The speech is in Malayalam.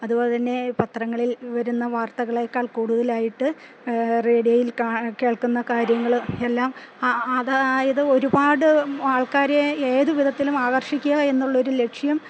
അതുപോലെത്തന്നെ പത്രങ്ങളിൽ വരുന്ന വാർത്തകളെക്കാൾ കൂടുതലായിട്ട് റേഡിയോയിൽ കേൾക്കുന്ന കാര്യങ്ങള് എല്ലാം അതായത് ഒരുപാട് ആൾക്കാരെ ഏതുവിധത്തിലും ആകർഷിക്കുകയെന്നുള്ളൊരു ലക്ഷ്യം